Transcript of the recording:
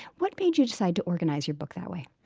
what made you decide to organize your book that way?